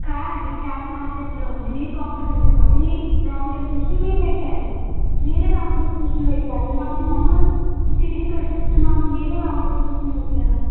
కాదండి క్యాబ్ మా చేతుల్లో ఉంది మీరు కాంప్రమైజ్ అవ్వాలి మీరు రాంగ్ డెస్టినేేషన్ మీరు పెట్టారు మీరే రాంగ్ డెస్టినేేషన్ పెట్టారు మళ్ళీ నన్ను తిరిగి ప్రశ్నిస్తున్నారు మీరే రాంగ్ డెస్టినేేషన్ పెట్టారు